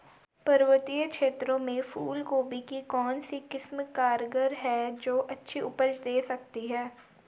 पर्वतीय क्षेत्रों में फूल गोभी की कौन सी किस्म कारगर है जो अच्छी उपज दें सके?